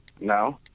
No